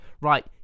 Right